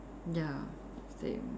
ya same